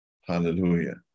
Hallelujah